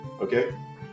okay